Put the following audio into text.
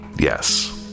yes